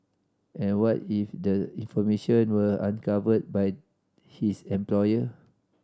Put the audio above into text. and what if the information were uncovered by his employer